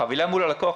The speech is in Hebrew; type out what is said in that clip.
החבילה מול הלקוח,